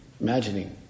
imagining